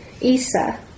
Isa